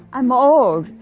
i'm old,